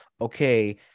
okay